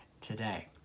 today